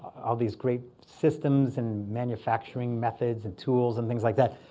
all these great systems and manufacturing methods and tools and things like that.